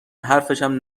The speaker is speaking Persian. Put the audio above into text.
حرفشم